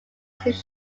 his